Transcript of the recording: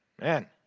man